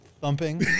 thumping